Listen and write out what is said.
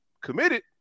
committed